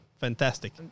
fantastic